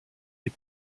les